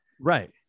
Right